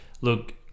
Look